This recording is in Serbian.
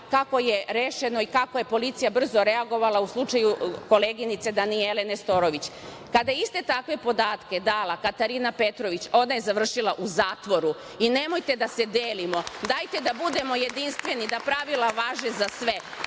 kako je rešeno i kako je policija brzo reagovala u slučaju koleginice Danijele Nestorovoć. Kada iste takve podatke dala Katarina Petrović ona je završila u zatvoru i nemojte da se delimo, dajte da budemo jedinstveni, da pravila važe za sve,